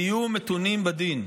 תהיו מתונים בדין.